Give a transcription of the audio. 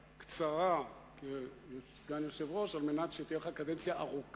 קצרה כסגן יושב-ראש על מנת שתהיה לך ארוכה